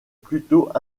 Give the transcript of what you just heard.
plutôt